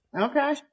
Okay